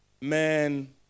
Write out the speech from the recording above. Man